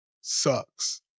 sucks